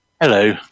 Hello